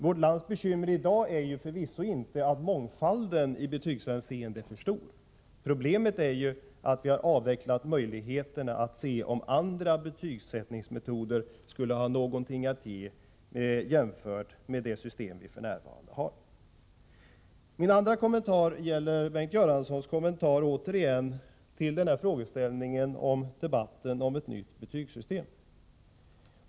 Vårt lands bekymmer i dag är förvisso inte att mångfalden i betygshänseende är för stor. Problemet är att vi har avvecklat möjligheten att se om andra betygsättningsmetoder skulle ha någonting att ge jämfört med det system som vi har f.n. Min andra kommentar gäller Bengt Göranssons kommentar till debatten om ett nytt betygssystem.